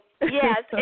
yes